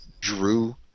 drew